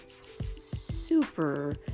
super